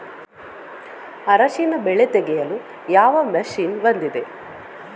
ಅರಿಶಿನ ಬೆಳೆ ತೆಗೆಯಲು ಯಾವ ಮಷೀನ್ ಬಂದಿದೆ?